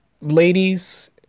ladies